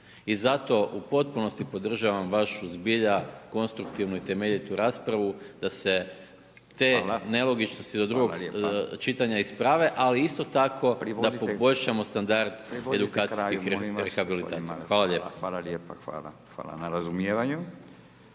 I zato u potpunosti podržavam vašu zbilja konstruktivnu i temeljitu raspravu, da se te nelogičnosti do drugog čitanja isprave, ali isto tako da poboljšamo standard edukacijskih rehabilitantima. Hvala lijepa. **Radin, Furio (Nezavisni)**